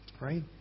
right